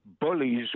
bullies